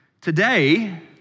Today